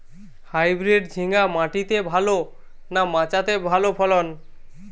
Hybrid ঝিঙ্গা মাটিতে ভালো না মাচাতে ভালো ফলন?